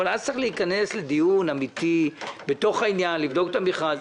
אז צריך להיכנס לדיון אמיתי ולבדוק את המכרז.